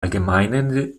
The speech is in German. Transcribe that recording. allgemeinen